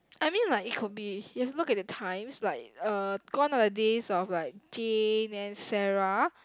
I mean like it could be you have to look at the times like uh gone are the days of like Jane and Sarah